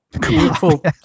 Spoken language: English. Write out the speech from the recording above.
Beautiful